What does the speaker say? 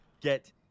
get